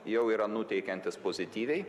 jau yra nuteikiantis pozityviai